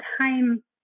time